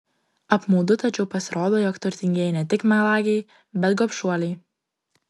apmaudu tačiau pasirodo jog turtingieji ne tik melagiai bet gobšuoliai